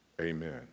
amen